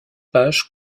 pages